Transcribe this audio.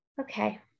Okay